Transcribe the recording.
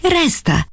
resta